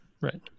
right